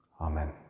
Amen